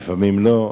לפעמים לא,